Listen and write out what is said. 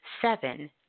seven